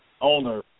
owner